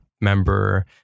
member